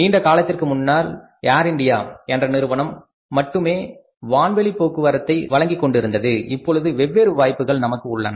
நீண்ட காலத்திற்கு முன்னால் ஏர் இந்தியா என்ற நிறுவனம் மட்டுமே வான்வழி போக்குவரத்து சேவையை வழங்கிக் கொண்டிருந்தது இப்பொழுது வெவ்வேறு வாய்ப்புகள் நமக்கு உள்ளன